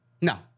No